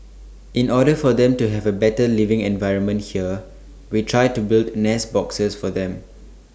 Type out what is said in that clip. in order for them to have A better living environment here we try to build nest boxes for them